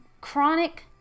chronic